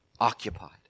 occupied